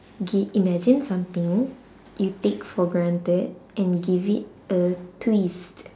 okay imagine something you take for granted and give it a twist